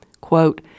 Quote